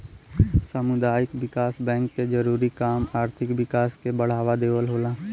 सामुदायिक विकास बैंक के जरूरी काम आर्थिक विकास के बढ़ावा देवल होला